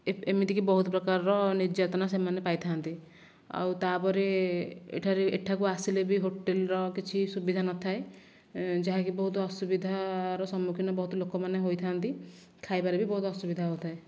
ଏମିତି କି ବହୁତ ପ୍ରକାରର ନିର୍ଯାତନା ସେମାନେ ପାଇ ଥାଆନ୍ତି ଆଉ ତା ପରେ ଏଠାରେ ଏଠାକୁ ଆସିଲେ ବି ହୋଟେଲର କିଛି ସୁବିଧା ନ ଥାଏ ଯାହାକି ବହୁତ ଅସୁବିଧାର ସମ୍ମୁଖୀନ ବହୁତ ଲୋକମାନେ ହୋଇ ଥାଆନ୍ତି ଖାଇବାର ବି ବହୁତ ଅସୁବିଧା ହେଉ ଥାଏ